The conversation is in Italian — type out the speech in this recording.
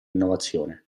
innovazione